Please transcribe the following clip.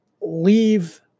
Leave